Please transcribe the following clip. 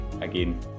Again